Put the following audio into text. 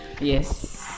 yes